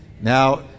Now